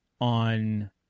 on